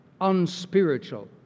unspiritual